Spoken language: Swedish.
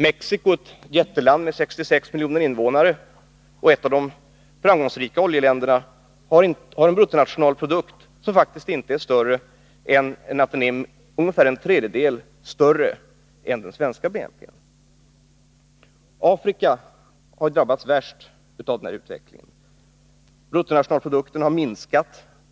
Mexico — ett jätteland som har 66 miljoner invånare och är ett av de framgångsrika oljeländerna — har en bruttonationalprodukt som faktiskt bara är en tredjedel större än Sveriges BNP. Afrika har drabbats värst av denna utveckling. Bruttonationalprodukten